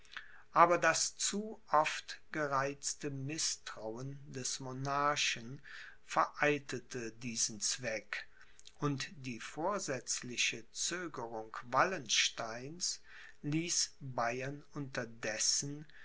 aber das zu oft gereizte mißtrauen des monarchen vereitelte diesen zweck und die vorsätzliche zögerung wallensteins ließ bayern unterdessen